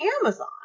Amazon